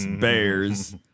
Bears